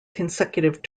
consecutive